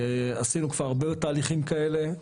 עשינו כבר הרבה תהליכים כאלה,